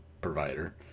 provider